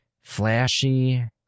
flashy